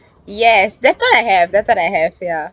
yes that's what I have that's what I have ya